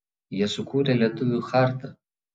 jie sukūrė lietuvių chartą